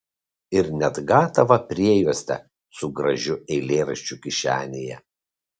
ir net gatavą priejuostę su gražiu eilėraščiu kišenėje